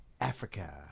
Africa